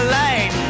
light